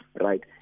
right